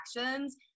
actions